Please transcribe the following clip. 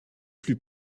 plus